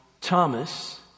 Thomas